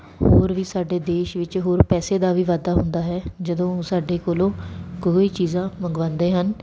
ਹੋਰ ਵੀ ਸਾਡੇ ਦੇਸ਼ ਵਿੱਚ ਹੋਰ ਪੈਸੇ ਦਾ ਵੀ ਵਾਧਾ ਹੁੰਦਾ ਹੈ ਜਦੋਂ ਸਾਡੇ ਕੋਲੋਂ ਕੋਈ ਚੀਜ਼ਾਂ ਮੰਗਵਾਉਂਦੇ ਹਨ